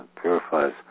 purifies